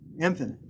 infinite